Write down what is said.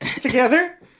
Together